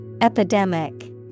Epidemic